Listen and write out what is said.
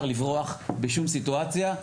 שמזה אי אפשר לברוח בשום סיטואציה,